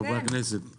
חברי הכנסת,